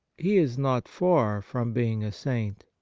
he is not far from being a saint.